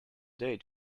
day